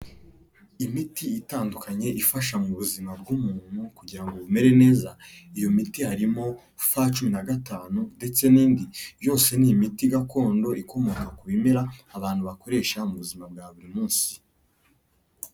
Imiti itandukanye ifasha mu buzima bw'umuntu kugira ngo bumere neza, iyo miti harimo F cumi na gatanu ndetse n'indi, yose ni imiti gakondo ikomoka ku bimera, abantu bakoresha mu buzima bwa buri munsi.